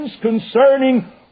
concerning